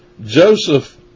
Joseph